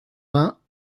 vingts